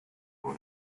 for